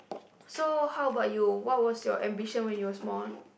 so how about you what was your ambition when you were small